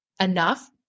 enough